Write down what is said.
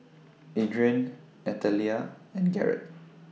Adrain Natalia and Garrett